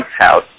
House